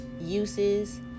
uses